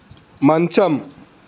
మంచం